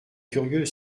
curieux